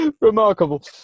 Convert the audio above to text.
remarkable